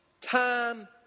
time